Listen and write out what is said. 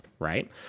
Right